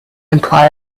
imply